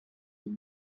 used